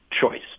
choice